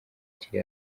kiri